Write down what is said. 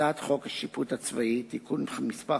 הצעת חוק השיפוט הצבאי (תיקון מס'